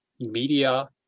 media